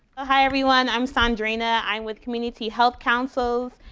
ah hi, everyone. i'm sondrina. i'm with community health councils.